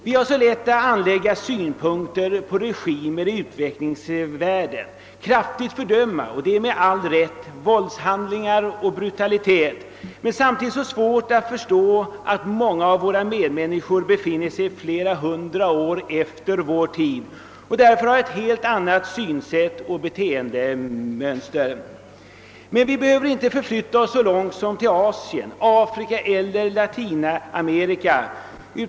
Vi har så lätt att anlägga synpunkter på regimer i utvecklingsvärlden, att kraftigt fördöma våldshandlingar och brutalitet — detta med all rätt — medan vi samtidigt har så svårt att förstå att många av våra medmänniskor i utvecklingshänseende befinner sig flera hundra år efter oss och därför har ett helt annat synsätt och beteendemönster. Men vi behöver inte förflytta oss så långt som till Asien, Afrika eller Latinamerika.